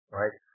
right